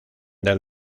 del